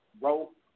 rope